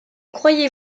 croyez